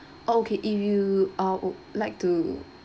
oh okay if you uh like to